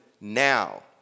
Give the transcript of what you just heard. now